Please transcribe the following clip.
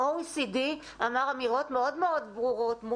ה-OECD אמר אמירות מאוד מאוד ברורות על